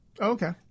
Okay